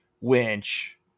winch